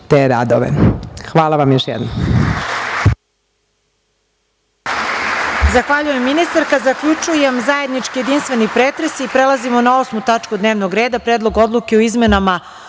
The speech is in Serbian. te radove. Hvala vam još jednom.